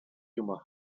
humour